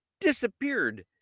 disappeared